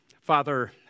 Father